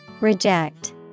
Reject